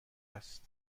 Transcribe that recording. است